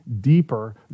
deeper